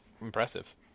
impressive